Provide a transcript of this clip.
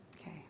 Okay